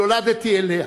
נולדתי אליה,